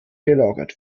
gelagert